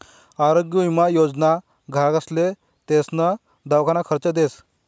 आरोग्य विमा योजना ग्राहकेसले तेसना दवाखाना खर्च देस